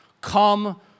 come